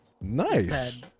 Nice